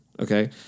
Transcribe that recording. Okay